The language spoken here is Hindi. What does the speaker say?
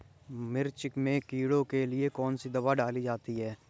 मिर्च में कीड़ों के लिए कौनसी दावा डाली जाती है?